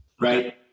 Right